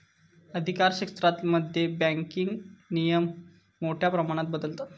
अधिकारक्षेत्रांमध्ये बँकिंग नियम मोठ्या प्रमाणात बदलतत